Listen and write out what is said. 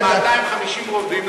להם היו 250 רובים,